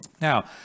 Now